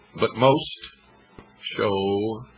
but most show